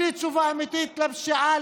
בלי תשובה אמיתית לפשיעה,